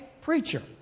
preacher